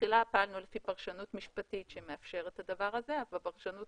בתחילה פעלנו לפי פרשנות משפטית שמאפשרת את הדבר הזה אבל הפרשנות